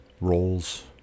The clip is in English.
roles